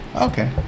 Okay